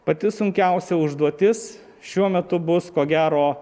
pati sunkiausia užduotis šiuo metu bus ko gero